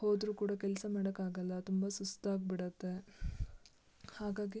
ಹೋದರೂ ಕೂಡ ಕೆಲಸ ಮಾಡೋಕ್ಕಾಗಲ್ಲ ತುಂಬ ಸುಸ್ತಾಗಿ ಬಿಡುತ್ತೆ ಹಾಗಾಗಿ